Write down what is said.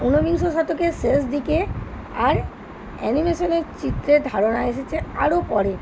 ঊনবিংশ শতকের শেষ দিকে আর অ্যানিমেশনের চিত্রের ধারণা এসেছে আরও পরে